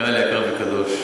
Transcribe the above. קהל יקר וקדוש,